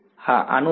વિદ્યાર્થી સર